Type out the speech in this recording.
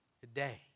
today